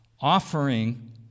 offering